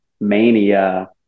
mania